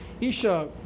isha